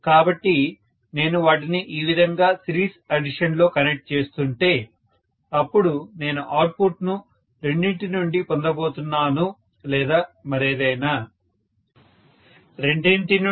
కాబట్టి నేను వాటిని ఈ విధంగా సిరీస్ అడిషన్ లో కనెక్ట్ చేస్తుంటే అప్పుడు నేను అవుట్పుట్ను రెండింటి నుండి పొందబోతున్నాను లేదా ఏమైనా స్టూడెంట్ రెండింటి నుండి